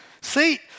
See